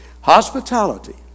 Hospitality